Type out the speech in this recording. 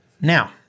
now